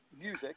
music